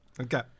Okay